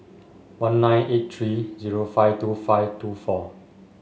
one nine eight three zero five two five two four